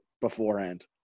beforehand